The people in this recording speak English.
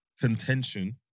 contention